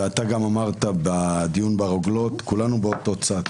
וגם אתה אמרת בדיון ברוגלות כולנו באותו צד,